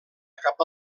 cap